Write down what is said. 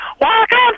Welcome